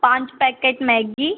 પાંચ packet Maggi